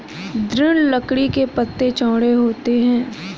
दृढ़ लकड़ी के पत्ते चौड़े होते हैं